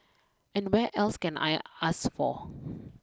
and where else can I ask for